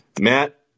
Matt